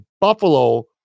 Buffalo